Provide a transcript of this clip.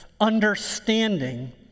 understanding